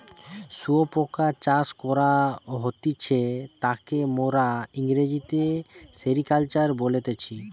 শুয়োপোকা চাষ করা হতিছে তাকে মোরা ইংরেজিতে সেরিকালচার বলতেছি